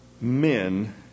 men